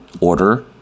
order